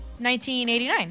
1989